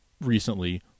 recently